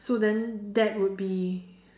so then that would be